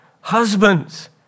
Husbands